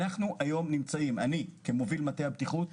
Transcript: אני כמוביל מטה הבטיחות,